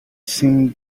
seemed